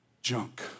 junk